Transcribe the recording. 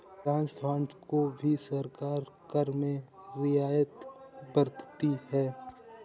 trust funds को भी सरकार कर में रियायत बरतती है